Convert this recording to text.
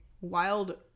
wild